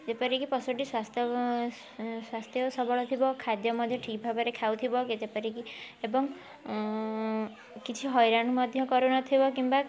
ଯେପରିକି ପଶୁଟି ସ୍ୱାସ୍ଥ୍ୟ ସ୍ୱାସ୍ଥ୍ୟ ଓ ସବଳ ଥିବ ଖାଦ୍ୟ ମଧ୍ୟ ଠିକ୍ ଭାବରେ ଖାଉଥିବ ଯେପରିକି ଏବଂ କିଛି ହଇରାଣ ମଧ୍ୟ କରୁନଥିବ କିମ୍ବା